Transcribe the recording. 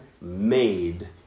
made